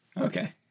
Okay